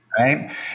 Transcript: Right